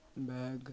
bag